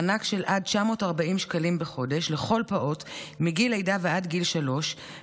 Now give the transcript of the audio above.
מענק של עד 940 שקלים בחודש לכל פעוט מגיל לידה ועד גיל שלוש,